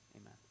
Amen